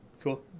Cool